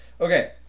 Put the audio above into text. Okay